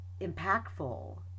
impactful